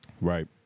Right